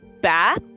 bath